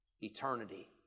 eternity